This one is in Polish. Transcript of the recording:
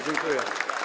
Dziękuję.